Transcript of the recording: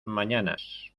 mañanas